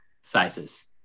sizes